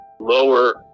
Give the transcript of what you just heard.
lower